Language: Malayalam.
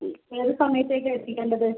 ഏത് സമയത്തേക്കാ എത്തിക്കേണ്ടത്